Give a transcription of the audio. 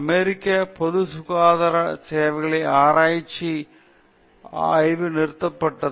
அமெரிக்க பொது சுகாதார சேவைகளை ஆராய்ச்சி ஆய்வு நிறுத்தப்பட்டது